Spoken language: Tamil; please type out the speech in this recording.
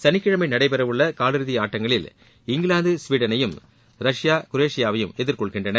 சனிக்கிழமை நடைபெறவுள்ள காலிறுதி ஆட்டங்களில் இங்கிலாந்து ஸ்வீடனையும் ரஷ்யா குரேஷியாவையும் எதிர்கொள்கின்றன